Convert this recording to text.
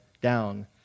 down